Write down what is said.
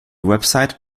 webseite